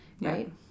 right